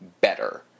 better